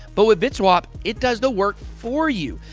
but with bitswap, it does the work for you.